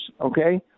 okay